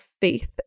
faith